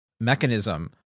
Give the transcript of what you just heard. mechanism